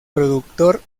productor